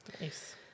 Nice